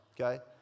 Okay